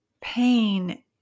pain